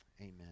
Amen